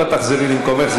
אבל תחזרי למקומך,